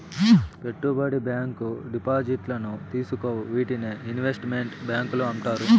పెట్టుబడి బ్యాంకు డిపాజిట్లను తీసుకోవు వీటినే ఇన్వెస్ట్ మెంట్ బ్యాంకులు అంటారు